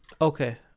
Okay